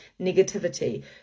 negativity